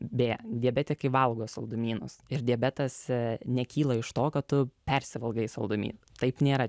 b diabetikai valgo saldumynus ir diabetas nekyla iš tokio kad tu persivalgai saldumynų taip nėra